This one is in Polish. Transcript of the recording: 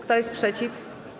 Kto jest przeciw?